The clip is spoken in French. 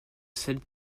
celle